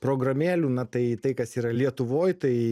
programėlių na tai tai kas yra lietuvoj tai